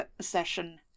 session